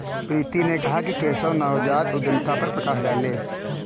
प्रीति ने कहा कि केशव नवजात उद्यमिता पर प्रकाश डालें